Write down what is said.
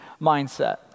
mindset